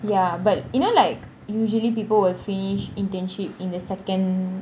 ya but you know like usually people will finish internship in the second